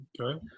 Okay